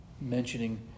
mentioning